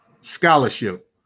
scholarship